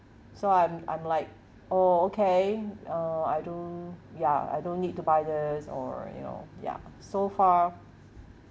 so I'm I'm like oh okay uh I don't ya I don't need to buy this or you know ya so far